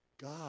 God